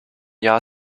jahr